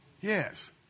Yes